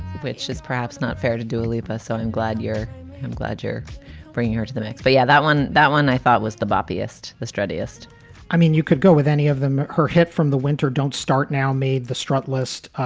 which is perhaps not fair to do a. so i'm so and glad you're glad you're bringing her to the mix. but yeah, that one, that one i thought was the bumpiest. the straightest i mean, you could go with any of them. her hit from the winter don't start now made the strut list.